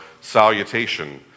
salutation